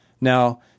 Now